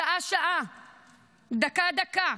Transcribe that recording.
שעה-שעה, דקה-דקה,